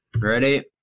ready